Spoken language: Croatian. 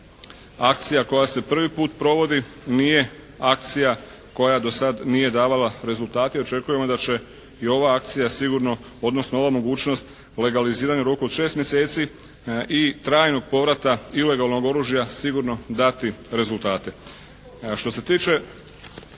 akcija koja se prvi put provodi. Nije akcija koja dosad nije davala rezultate i očekujemo da će i ova akcija sigurno odnosno ova mogućnost legaliziranja u roku od 6 mjeseci i trajnog povrata ilegalnog oružja sigurno dati rezultate.